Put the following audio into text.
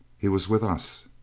he was with us!